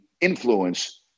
influence